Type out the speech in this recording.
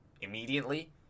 immediately